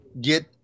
get –